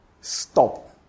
Stop